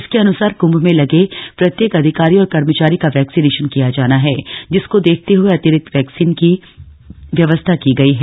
इसके अन्सार कृम्भ में लगे प्रत्येक अधिकारी और कर्मचारी का वैक्सीनेशन किया जाना है जिसको देखते हए अतिरिक्त वैक्सीन की व्यवस्था की गयी है